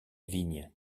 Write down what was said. vigne